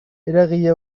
eragile